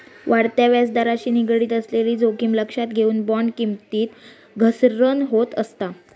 वाढत्या व्याजदराशी निगडीत असलेली जोखीम लक्षात घेऊन, बॉण्ड किमतीत घसरण होत असता